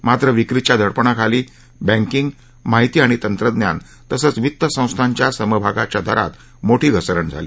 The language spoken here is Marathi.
मात्र विक्रीच्या दडपणाखाली बँकीग माहिती आणि तंत्रज्ञान तसंच वित्त संस्थांच्या समभागाच्या दरात मोठी घसरण झाली